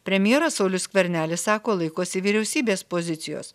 premjeras saulius skvernelis sako laikosi vyriausybės pozicijos